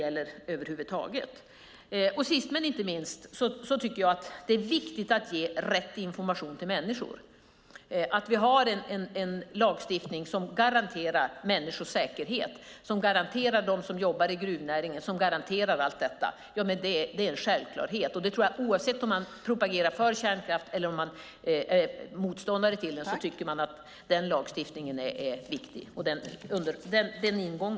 Sist men inte minst tycker jag att det är viktigt att ge rätt information till människor. Vi har en lagstiftning som garanterar människors säkerhet och dem som jobbar i gruvnäringen allt detta. Det är en självklarhet. Oavsett om man propagerar för kärnkraft eller om man är motståndare till den tror jag att man tycker att den lagstiftningen och den ingången är viktig.